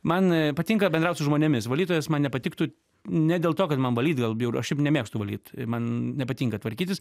man patinka bendraut su žmonėmis valytojas man nepatiktų ne dėl to kad man valyt gal bjauru aš šiaip nemėgstu valyt man nepatinka tvarkytis